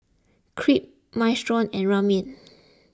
Crepe Minestrone and Ramen